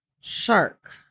Shark